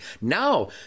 Now